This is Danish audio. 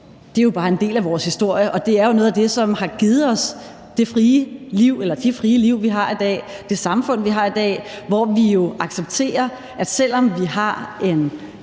er jo bare en del af vores historie, og det er noget af det, som har givet os det frie liv, som vi har i dag, og det samfund, vi har i dag, hvor vi accepterer, at selv om vi har en